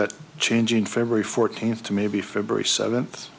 at changing february fourteenth to maybe february seventh